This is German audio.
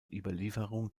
überlieferung